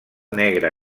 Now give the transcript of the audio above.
negre